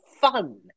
fun